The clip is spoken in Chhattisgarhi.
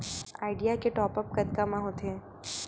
आईडिया के टॉप आप कतका म होथे?